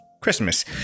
Christmas